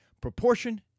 Proportion